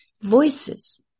Voices